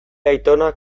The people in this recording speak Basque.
aitonak